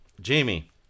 Jamie